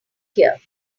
here